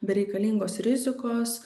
bereikalingos rizikos